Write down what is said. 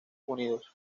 unidos